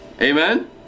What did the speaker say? Amen